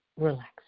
relax